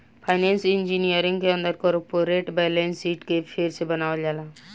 financial engineering के अंदर corporate balance sheet के फेर से बनावल जाला